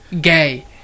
gay